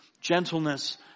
gentleness